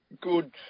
good